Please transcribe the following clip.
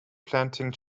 planting